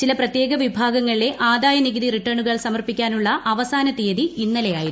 ചില പ്രത്യേക വിഭാഗങ്ങളിലെ ആദായനികുതി റിട്ടേണുകൾ സമർപ്പിക്കാനുള്ള അവസാന തീയതി ഇന്നലെയായിരുന്നു